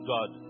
God